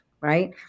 right